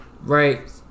right